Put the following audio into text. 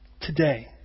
today